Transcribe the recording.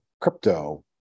crypto